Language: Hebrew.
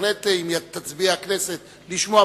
אם הכנסת תצביע למליאה,